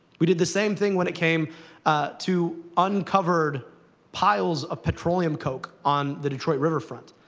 we did the same thing when it came to uncovered piles of petroleum coke on the detroit riverfront.